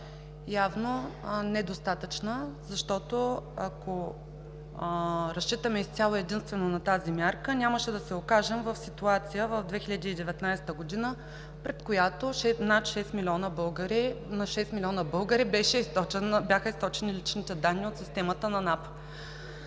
Явно е недостатъчна, защото ако разчитаме изцяло единствено на тази мярка, нямаше да се окажем в ситуация в 2019 г., пред която на шест милиона бяха източени личните данни от системата на НАП.